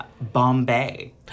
Bombay